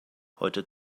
heute